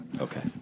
Okay